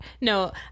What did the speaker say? no